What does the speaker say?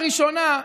לראשונה,